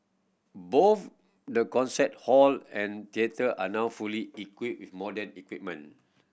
both the concert hall and theatre are now fully equipped modern equipment